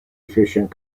efficient